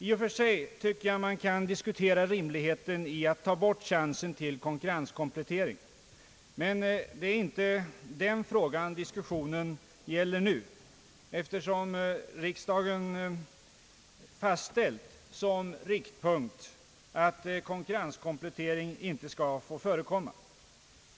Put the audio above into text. I och för sig tycker jag att man kan diskutera rimligheten i att ta bort chansen till konkurrenskomplettering. Det är dock inte den frågan diskussionen nu gäller, eftersom riksdagen har fastställt såsom riktpunkt att konkurrenskomplettering inte skall få förekomma.